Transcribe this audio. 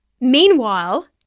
meanwhile